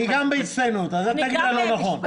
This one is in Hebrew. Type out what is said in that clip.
היא גם סיימה בהצטיינות אז אל תגיד לה "לא נכון".